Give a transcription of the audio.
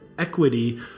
equity